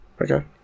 Okay